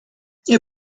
nie